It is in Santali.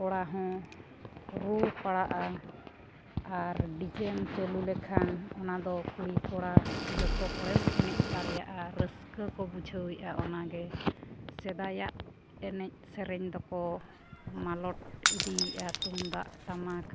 ᱠᱚᱲᱟ ᱦᱚᱸ ᱨᱩ ᱯᱟᱲᱟᱜᱼᱟ ᱟᱨ ᱰᱤᱡᱮᱢ ᱪᱟᱹᱞᱩ ᱞᱮᱠᱷᱟᱱ ᱚᱱᱟᱫᱚ ᱠᱩᱲᱤᱼᱠᱚᱲᱟ ᱡᱚᱛᱚ ᱦᱚᱲᱮᱢ ᱮᱱᱮᱡ ᱫᱟᱲᱮᱭᱟᱜᱼᱟ ᱟᱨ ᱨᱟᱹᱥᱠᱟᱹ ᱠᱚ ᱵᱩᱡᱷᱟᱹᱣᱮᱜᱼᱟ ᱚᱱᱟ ᱜᱮ ᱥᱮᱫᱟᱭᱟᱜ ᱮᱱᱮᱡ ᱥᱮᱨᱮᱧ ᱫᱚᱠᱚ ᱢᱟᱞᱚᱴ ᱤᱫᱤᱭᱮᱜᱼᱟ ᱛᱩᱢᱫᱟᱜ ᱴᱟᱢᱟᱠ